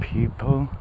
People